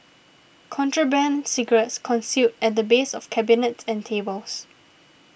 contraband cigarettes concealed at the base of cabinets and tables